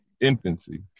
infancy